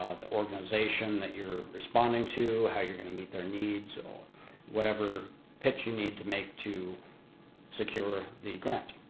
ah the organization that you're responding to, how you're going to meet their needs or whatever pitch you need to make to secure the grant.